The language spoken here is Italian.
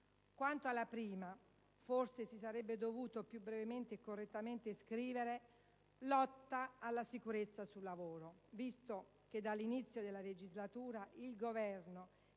Quanto alla prima, forse si sarebbe dovuto più brevemente e correttamente scrivere «lotta alla sicurezza sul lavoro», visto che dall'inizio della legislatura il Governo